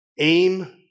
aim